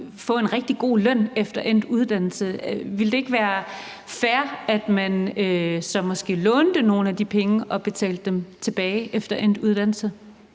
få en god rigtig god løn efter endt uddannelse. Ville det ikke være fair, at man så måske lånte nogle af de penge og betalte dem tilbage efter endt uddannelse?